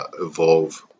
evolve